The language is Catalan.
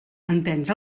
entens